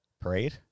Parade